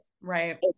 Right